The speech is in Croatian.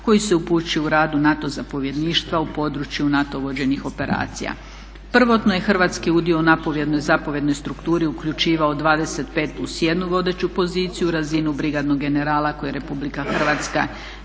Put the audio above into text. koji se upućuju radu NATO zapovjedništva u području NATO vođenih operacija. Prvotno je hrvatski udio u zapovjednoj strukturi uključivao 25+1 vodeću poziciju razinu brigadnog generala koju je Republika Hrvatska